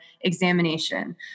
examination